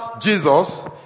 Jesus